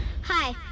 Hi